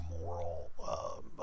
moral